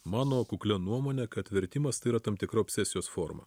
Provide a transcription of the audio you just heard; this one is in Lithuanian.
mano kuklia nuomone kad vertimas tai yra tam tikro obsesijos forma